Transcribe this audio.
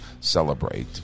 celebrate